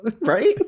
right